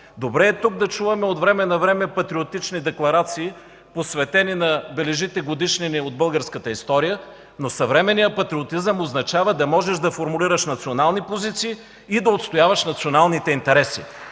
Добре е тук да чуваме от време на време патриотични декларации, посветени на бележити годишнини от българската история, но съвременният патриотизъм означава да можеш да формулираш национални позиции и да отстояваш националните интереси!